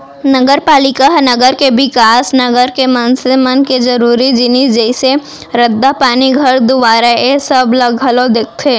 नगरपालिका ह नगर के बिकास, नगर के मनसे मन के जरुरी जिनिस जइसे रद्दा, पानी, घर दुवारा ऐ सब ला घलौ देखथे